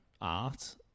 art